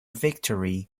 victory